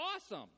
awesome